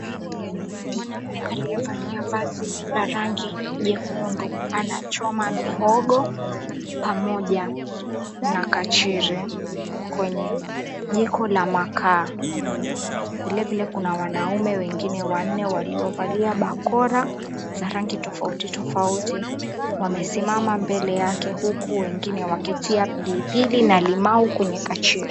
Mwanaume aliyevalia vazi la rangi jekundu anachoma mihogo pamoja na kachiri kwenye jiko la makaa. Vilevile kuna wanaume wengine wanne waliovalia bakora za rangi tofauti tofauti, wamesimama mbele yake huku wengine wakitia pilipili na limau kwenye kachiri.